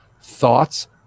thoughts